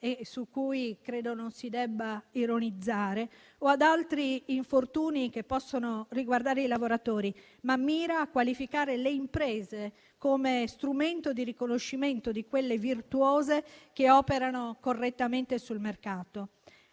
su cui credo non si debba ironizzare, o ad altri infortuni che possono riguardare i lavoratori, ma mira a qualificare le imprese come strumento di riconoscimento di quelle virtuose che operano correttamente sul mercato.